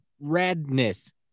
redness